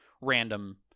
random